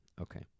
Okay